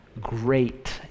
great